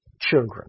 children